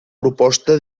proposta